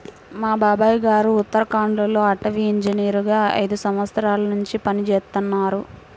మా బాబాయ్ గారు ఉత్తరాఖండ్ లో అటవీ ఇంజనీరుగా ఐదు సంవత్సరాల్నుంచి పనిజేత్తన్నారు